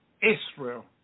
Israel